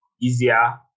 easier